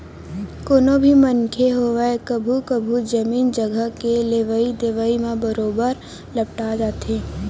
कोनो भी मनखे होवय कभू कभू जमीन जघा के लेवई देवई म बरोबर लपटा जाथे